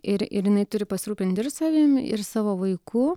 ir ir jinai turi pasirūpint ir savim ir savo vaiku